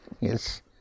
yes